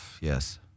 Yes